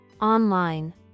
online